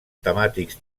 temàtics